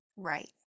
Right